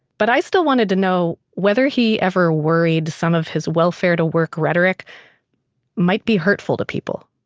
but i still wanted to know whether he ever worried some of his welfare to work rhetoric might be hurtful to people.